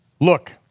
look